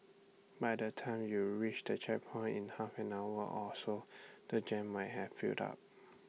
by the time you reach the checkpoint in half an hour or so the jam might have built up